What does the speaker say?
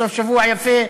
סוף שבוע יפה,